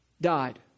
died